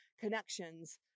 connections